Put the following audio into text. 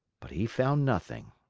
but he found nothing.